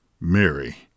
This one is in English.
Mary